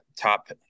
top